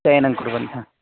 चयनं कुर्वन्ति ह